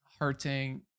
hurting